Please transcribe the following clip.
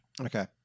Okay